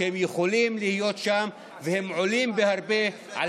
שיכולים להיות שם והם עולים בהרבה על